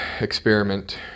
experiment